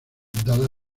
dada